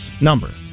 number